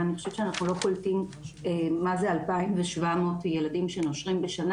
ואני חושבת שאנחנו לא קולטים מה זה 2700 ילדים שנושרים בשנה.